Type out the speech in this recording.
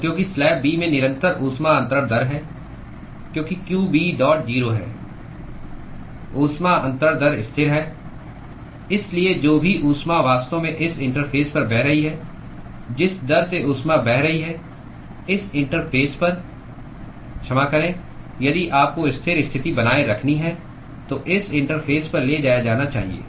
तो क्योंकि slab B में निरंतर ऊष्मा अन्तरण दर है क्योंकि qB डॉट 0 है ऊष्मा अन्तरण दर स्थिर है इसलिए जो भी ऊष्मा वास्तव में इस इंटरफेस पर बह रही है जिस दर से ऊष्मा बह रही है इस इंटरफेस पर क्षमा करें यदि आपको स्थिर स्थिति बनाए रखनी है तो इस इंटरफ़ेस पर ले जाया जाना चाहिए